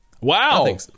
Wow